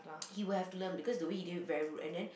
he will have to learn because the way he did it very rude and then